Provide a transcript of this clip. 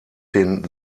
den